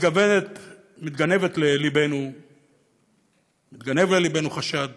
מתגנב ללבנו חשד